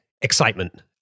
excitement